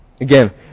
Again